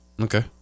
Okay